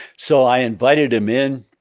so i invited him in,